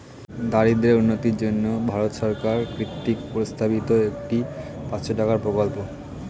দরিদ্রদের উন্নতির জন্য ভারত সরকার কর্তৃক প্রস্তাবিত একটি পাঁচশো টাকার প্রকল্প